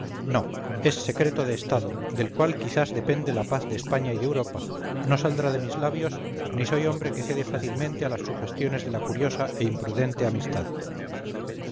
no es secreto de estado del cual quizás depende la paz de españa y de europa no saldrá de mis labios ni soy hombre que cede fácilmente a las sugestiones de la curiosa e imprudente amistad